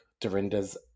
Dorinda's